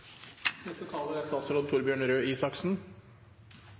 Neste taler er